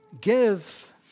Give